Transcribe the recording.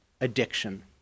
addiction